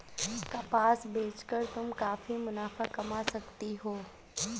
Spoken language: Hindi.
कपास बेच कर तुम काफी मुनाफा कमा सकती हो